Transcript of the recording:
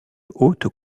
haute